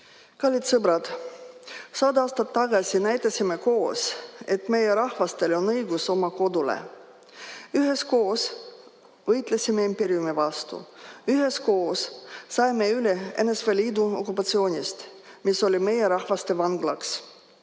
Kallid sõbrad! Sada aastat tagasi näitasime koos, et meie rahvastel on õigus oma kodule. Üheskoos võitlesime impeeriumi vastu. Üheskoos saime üle NSV Liidu okupatsioonist, mis oli meie rahvaste vanglaks.